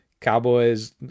Cowboys